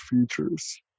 features